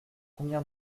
combien